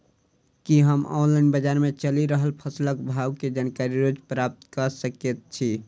की हम ऑनलाइन, बजार मे चलि रहल फसलक भाव केँ जानकारी रोज प्राप्त कऽ सकैत छी?